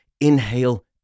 inhale